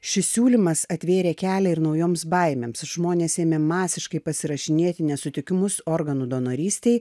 šis siūlymas atvėrė kelią ir naujoms baimėms žmonės ėmė masiškai pasirašinėti nesutikimus organų donorystei